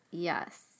Yes